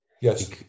Yes